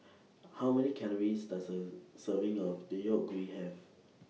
How Many Calories Does A Serving of Deodeok Gui Have